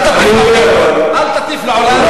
אל תטיף לעולם,